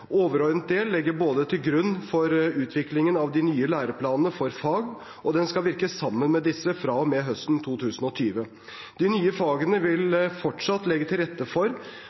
Overordnet del ligger både til grunn for utviklingen av de nye læreplanene for fag og skal virke sammen med disse fra og med høsten 2020. De nye fagene vil fortsatt legge til rette for